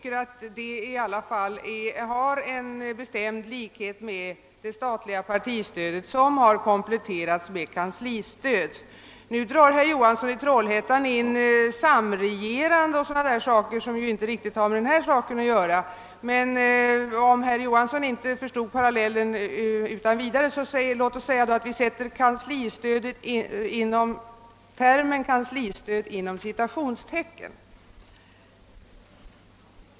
Det har i alla fall en bestämd likhet med det statliga partistödet som kompletterats med kanslistöd. Herr Johansson i Trollhättan tog upp frågan om samregerande o. d. som egentligen inte har med den här saken att göra. Men om herr Johansson inte förstod parallellen vill jag säga att vi sätter termen kanslistöd inom : citationstecken.